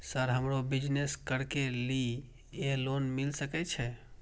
Sir हमरो business करके ली ये लोन मिल सके छे?